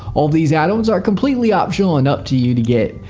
all of these addons are completely optional and up to you to get.